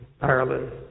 Ireland